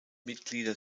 mitglieder